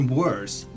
worse